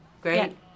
Great